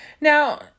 Now